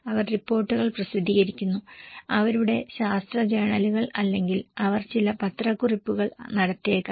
അവർ റിപ്പോർട്ടുകൾ പ്രസിദ്ധീകരിക്കുന്നു അവരുടെ ശാസ്ത്ര ജേണലുകൾ അല്ലെങ്കിൽ അവർ ചില പത്രക്കുറിപ്പുകൾ നടത്തിയേക്കാം